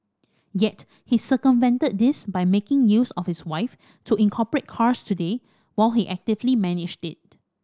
yet he circumvented this by making use of his wife to incorporate Cars Today while he actively managed it